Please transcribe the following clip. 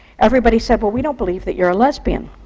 everybody said, well, we don't believe that you're a lesbian.